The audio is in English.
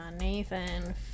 Nathan